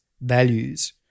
values